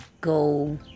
go